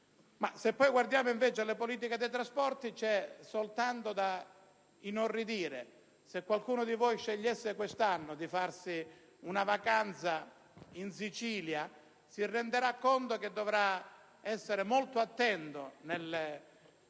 Se poi guardiamo alle politiche dei trasporti c'è soltanto da inorridire: se qualcuno di voi scegliesse quest'anno di farsi una vacanza in Sicilia, si renderebbe conto di dover essere molto attento nel